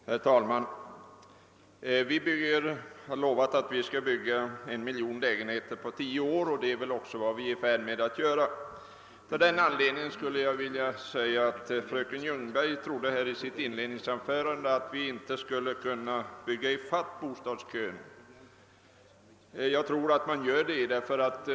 Herr talman! Vi har lovat att det här i landet skall byggas en miljon lägenheter på tio år, och det är väl också vad man är i färd med att göra. Fröken Ljungberg sade i sitt inledningsanförande, att hon inte trodde att det skulle vara möjligt att bygga ifatt bostadskön. Jag tror att man kan göra det.